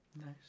Nice